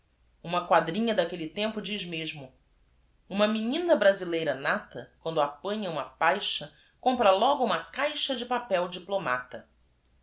ma quadrinha d aquelle tempo diz mesmo ma menina brasileira nata uando apanha uma paixa ompra logo uma caixa e papel diplomata